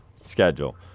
schedule